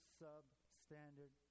substandard